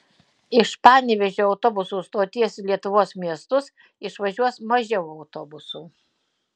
iš panevėžio autobusų stoties į lietuvos miestus išvažiuos mažiau autobusų